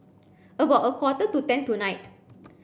about a quarter to ten tonight